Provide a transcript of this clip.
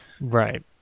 right